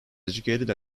educated